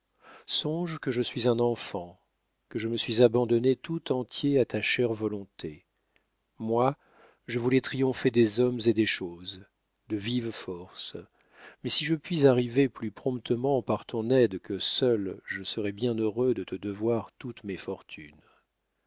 songe que je suis un enfant que je me suis abandonné tout entier à ta chère volonté moi je voulais triompher des hommes et des choses de vive force mais si je puis arriver plus promptement par ton aide que seul je serai bien heureux de te devoir toutes mes fortunes